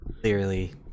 Clearly